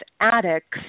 addicts